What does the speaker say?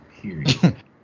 Period